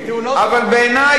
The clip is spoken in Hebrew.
תאונות דרכים.